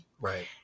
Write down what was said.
Right